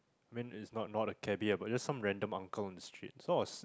meant is not not a cabby just some random Uncle on the streets so I was